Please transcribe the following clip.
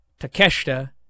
Takeshita